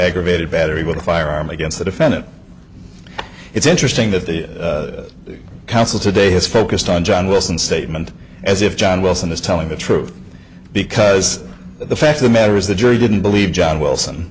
aggravated battery with a firearm against the defendant it's interesting that the council today has focused on john wilson statement as if john wilson is telling the truth because the fact of the matter is the jury didn't believe john wilson